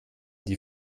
die